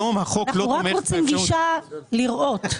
אנחנו רק רוצים גישה לראות.